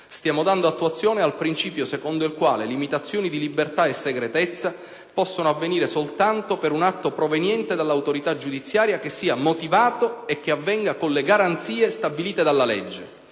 Stiamo dando attuazione al principio secondo il quale limitazioni di libertà e segretezza possano avvenire soltanto per un atto proveniente dall'autorità giudiziaria, che sia motivato e che avvenga con le garanzie stabilite dalla legge.